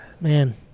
man